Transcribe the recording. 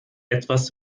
etwas